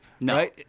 No